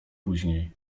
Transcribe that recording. później